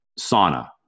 sauna